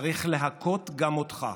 צריך להכות גם אותך,